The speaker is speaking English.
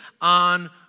on